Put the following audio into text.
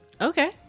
Okay